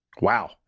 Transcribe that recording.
Wow